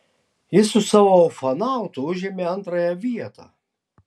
jis su savo ufonautu užėmė antrąją vietą